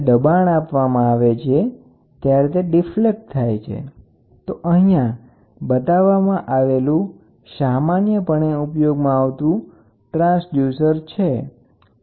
તો દબાણ માપવા માટેના કેટલાંક મહત્વના ઇલેક્ટ્રીક ટ્રાન્સડ્યુસર્સ તે એકલા છે અને તે સામાન્ય છે જે અહીયા દર્શાવ્યા છે